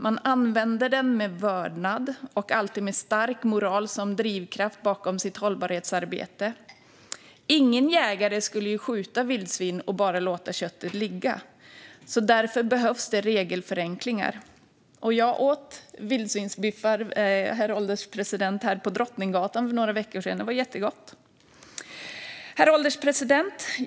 Man använder den med vördnad och alltid med stark moral som drivkraft bakom sitt hållbarhetsarbete. Ingen jägare skulle skjuta vildsvin och bara låta köttet ligga. Därför behövs det regelförenklingar. Jag åt vildsvinsbiffar, herr ålderspresident, på Drottninggatan för några veckor sedan. Det var jättegott. Herr ålderspresident!